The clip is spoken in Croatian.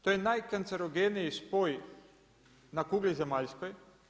To je najkancerogeniji spoj na kugli zemaljskoj.